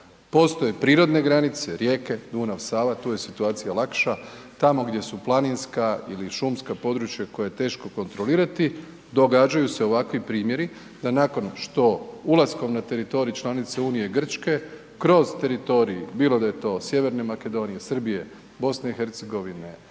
Postoje prirodne granice, rijeke Dunav, Sava tu je situacija lakša, tamo gdje su planinska ili šumska područja koje je teško kontrolirati događaju se ovakvi primjeri da nakon što ulaskom na teritorij članice Unije Grčke kroz teritorij bilo da je to Sjeverne Makedonije, Srbije, BiH, Albanije,